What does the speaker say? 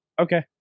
Okay